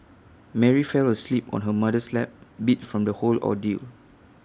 Mary fell asleep on her mother's lap beat from the whole ordeal